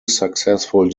successful